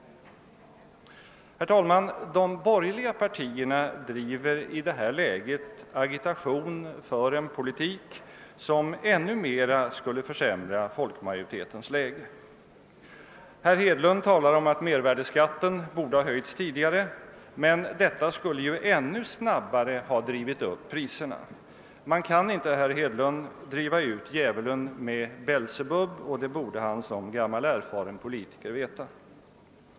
De borgerliga partierna driver i det här läget agitation för en politik som ännu mer skulle försämra folkmajoritetiens läge. Herr Hedlund talar om att mervärdeskatten borde ha höjts tidigare, men detta skulle ännu snabbare ha drivit upp priserna. Man kan inte, herr Hedlund, driva ut djävulen med Belsebub — det borde herr Hedlund som gammal erfaren politiker veta.